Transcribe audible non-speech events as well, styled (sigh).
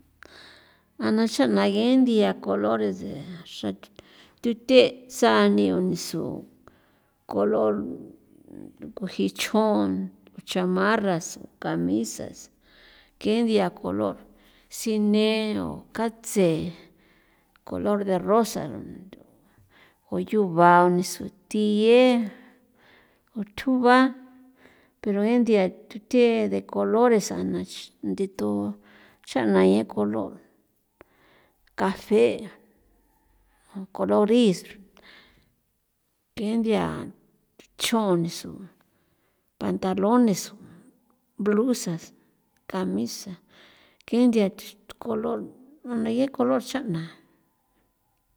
A na xana gen nthia colores de xra thuthe tsani o nisu color kuji ch'on chamarras, camisas ken nthia color sine o katse, color de rosa ko yuba suthiye uthjuba pero gen nthia thuthie de colores a na chi tundito chaꞌna gen colo cafe, colo gris gen nthia chjon o nisu pantalones, blusas, camisas gen nthia colo nu naye color chaꞌna. (noise)